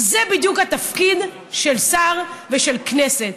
זה בדיוק התפקיד של שר ושל כנסת.